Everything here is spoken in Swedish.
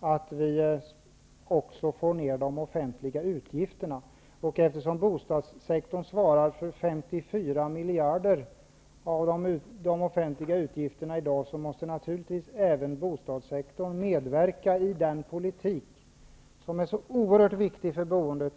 är det nödvändigt att minska de offentliga utgifterna. Eftersom bostadssektorn svarar för 54 miljarder av de offentliga utgifterna i dag, måste naturligtvis även bostadssektorn medverka i den politik som är oerhört viktig för boendet.